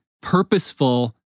purposeful